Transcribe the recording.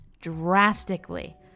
drastically